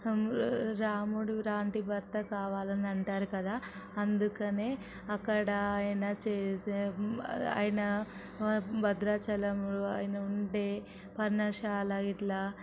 అందులో రాముడి లాంటి భర్త కావాలని అంటారు కదా అందుకనే అక్కడ ఆయన చేసే ఆయన భద్రాచలంలో ఆయన ఉండే పర్ణశాల గిట్ల